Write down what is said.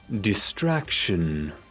distraction